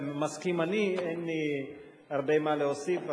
"מסכים אני", אין לי הרבה מה להוסיף.